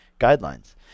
guidelines